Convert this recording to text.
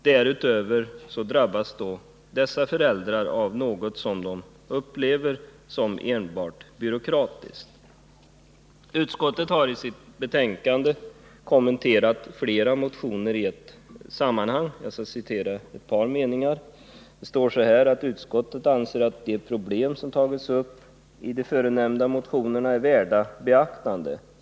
Dessutom drabbas föräldrarna av något som de upplever som enbart byråkratiskt. Utskottet har i betänkandet kommenterat flera motioner i ett sammanhang. Jag skall citera några meningar. Det står bl.a. följande: ”Utskottet anser att de problem som tagits upp i de förenämnda motionerna är värda beaktande.